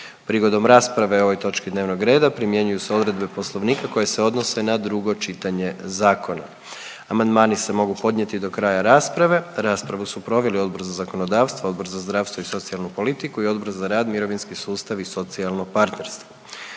Prigodom rasprave o ovoj točki dnevnog reda primjenjuju se odredbe Poslovnika koje se odnose na drugo čitanje zakona. Amandmani se mogu podnijeti do kraja rasprave. Raspravu su proveli Odbor za zakonodavstvo, Odbor za zdravstvo i socijalnu politiku i Odbor za rad, mirovinski sustav i socijalno partnerstvo.